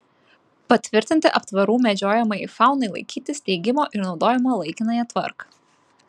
patvirtinti aptvarų medžiojamajai faunai laikyti steigimo ir naudojimo laikinąją tvarką